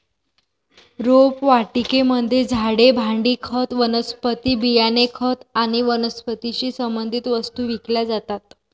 रोपवाटिकेमध्ये झाडे, भांडी, खत, वनस्पती बियाणे, खत आणि वनस्पतीशी संबंधित वस्तू विकल्या जातात